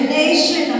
nation